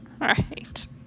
right